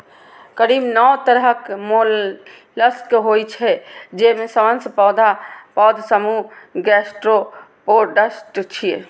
करीब नौ तरहक मोलस्क होइ छै, जेमे सबसं पैघ समूह गैस्ट्रोपोड्स छियै